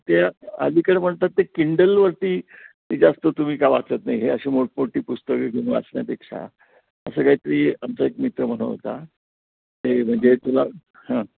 ते अलीकडे म्हणतात ते किंडलवरती जास्त तुम्ही काय वाचत नाही हे असे मोठमोठी पुस्तके घेऊन वाचन्यापेक्षा असं काही तरी आमचा एक मित्र म्हणत होता हे म्हणजे तुला हां